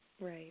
Right